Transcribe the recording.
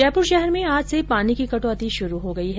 जयपुर शहर में आज से पानी की कटौती शुरू हो गई है